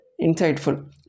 Insightful